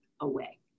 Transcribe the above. away